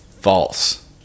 False